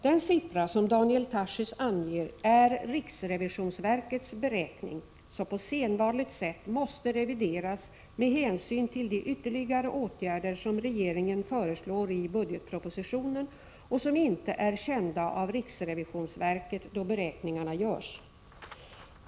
Den siffra som Daniel Tarschys anger är riksrevisionsverkets beräkning, som på sedvanligt sätt måste revideras med hänsyn till de ytterligare åtgärder som regeringen föreslår i budgetpropositionen och som inte är kända av riksrevisionsverket då beräkningarna görs.